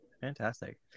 fantastic